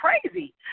crazy